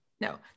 no